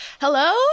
hello